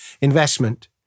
investment